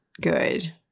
good